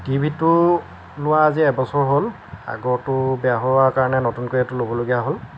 টিভিটো লোৱা আজি এবছৰ হ'ল আগৰটো বেয়া হোৱাৰ কাৰণে নতুনকৈ এইটো ল'বলগা হ'ল